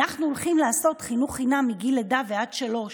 אנחנו הולכים לעשות חינוך חינם מגיל לידה ועד שלוש.